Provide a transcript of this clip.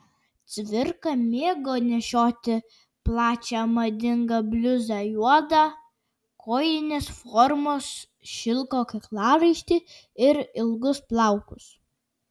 cvirka mėgo nešioti plačią madingą bliuzę juodą kojinės formos šilko kaklaraištį ir ilgus plaukus